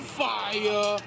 fire